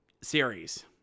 Series